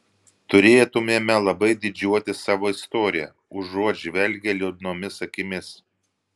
turėtumėme labai didžiuotis savo istorija užuot žvelgę liūdnomis akimis